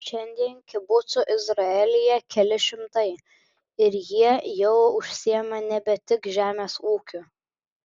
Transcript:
šiandien kibucų izraelyje keli šimtai ir jie jau užsiima nebe tik žemės ūkiu